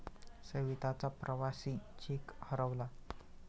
सविताचा प्रवासी चेक हरवला